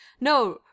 No